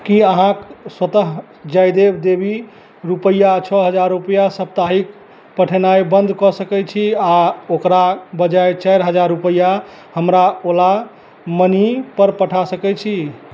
की अहाँक स्वतः जयदेव देवी रुपैआ छओ हजार रुपैआ सप्ताहिक पठेनाइ बन्द कऽ सकय छी आओर ओकरा बजाय चारि हजार रुपैआ हमरा ओला मनीपर पठा सकय छी